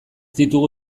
ditugu